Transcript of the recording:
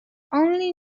only